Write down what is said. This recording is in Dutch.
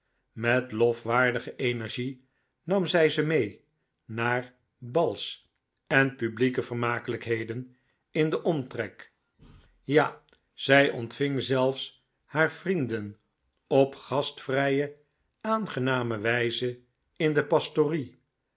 met lofwaardige energie nam zij ze mee naar bals en publieke vermakelijkheden in den omtrek ja zij ontving zelfs haar vrienden op gastvrije aangename wijze in de pastorie